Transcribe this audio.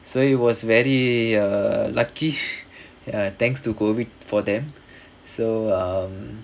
so he was very err lucky ya thanks to COVID for them so um